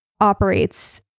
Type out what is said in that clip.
operates